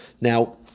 Now